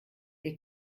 ihr